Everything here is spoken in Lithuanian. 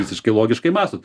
visiškai logiškai mąstot